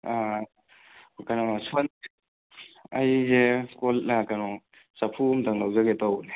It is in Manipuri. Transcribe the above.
ꯀꯩꯅꯣ ꯑꯩꯁꯦ ꯀꯣꯜ ꯀꯩꯅꯣ ꯆꯐꯨ ꯑꯃꯠꯇ ꯂꯧꯖꯒꯦ ꯇꯧꯕꯅꯤ